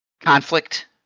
conflict